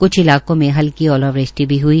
क्छ इलाकों में हल्की ओलावृष्टि भी ह्ई